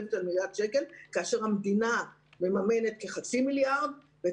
כאשר המדינה מממנת כחצי מיליארד שקל